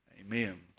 amen